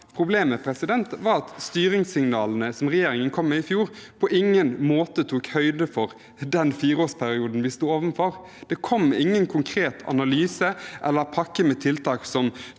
problemet er at styringssignalene som regjeringen kom med i fjor, på ingen måte tok høyde for den fireårsperioden vi sto overfor. Det kom ingen konkret analyse eller pakke med tiltak som